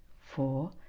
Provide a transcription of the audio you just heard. four